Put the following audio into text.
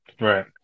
Right